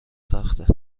سخته